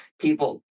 people